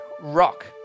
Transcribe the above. rock